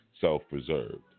self-preserved